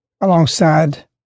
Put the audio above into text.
alongside